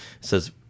says